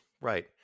Right